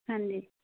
ਹਾਂਜੀ